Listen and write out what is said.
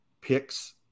picks